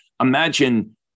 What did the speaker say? imagine